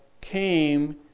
came